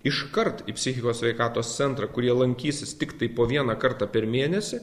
iškart į psichikos sveikatos centrą kur jie lankysis tiktai po vieną kartą per mėnesį